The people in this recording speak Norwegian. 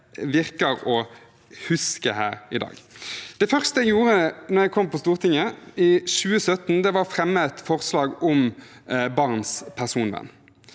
til å huske her i dag. Det første jeg gjorde da jeg kom inn på Stortinget i 2017, var å fremme et forslag om barns personvern.